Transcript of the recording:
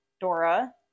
Dora